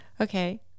Okay